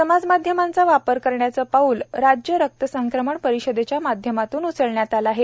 समाज माध्यमांचा वापर करण्याचे पाऊल राज्य रक्त संक्रमण परिषदेच्या माध्यमातून उचलण्यात आले आहे